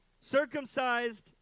Circumcised